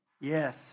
Yes